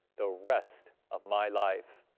the rest of my life.